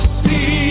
see